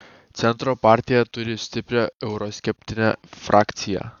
centro partija turi stiprią euroskeptinę frakciją